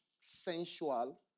sensual